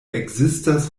ekzistas